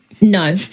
No